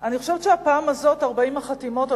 אני חושבת שהפעם הזאת 40 החתימות,